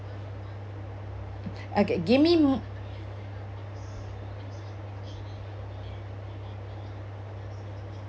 okay give me